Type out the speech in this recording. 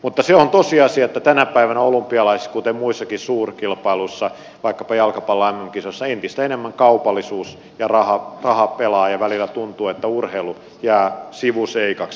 mutta se on tosiasia että tänä päivänä olympialaisissa kuten muissakin suurkilpailuissa vaikkapa jalkapallon mm kisoissa entistä enemmän raha pelaa ja välillä tuntuu että urheilu jää sivuseikaksi